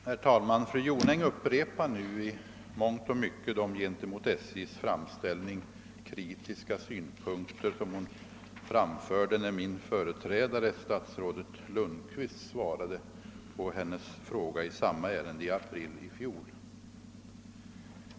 Herr talman! Fru Jonäng upprepar nu i mångt och mycket de gentemot SJ:s framställning kritiska synpunkter som hon framförde när min företrädare, statsrådet Lundkvist, svarade på hennes fråga i samma ärende i april i fjol.